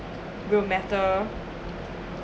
will matter